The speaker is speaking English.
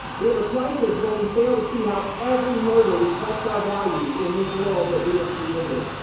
we have a crisis when we fail to see how every murder reflects our values. in this world that we have created,